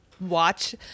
watch